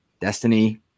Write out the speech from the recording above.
Destiny